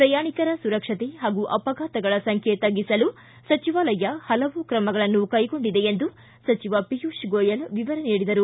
ಪ್ರಯಾಣಿಕರ ಸುರಕ್ಷತೆ ಹಾಗೂ ಅಪಘಾತಗಳ ಸಂಖ್ಯೆ ತಗ್ಗಿಸಲು ಸಚಿವಾಲಯ ಪಲವು ತ್ರಮಗಳನ್ನು ಕೈಗೊಂಡಿದೆ ಎಂದು ಸಚಿವ ಪಿಯೂಷ್ ಗೋಯಲ್ ವಿವರ ನೀಡಿದರು